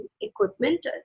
equipment